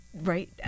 right